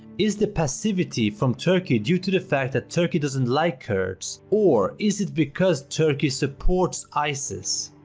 is the passivity from turkey due to the fact that turkey doesn't like kurds? or is it because turkey supports isis?